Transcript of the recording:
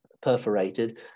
perforated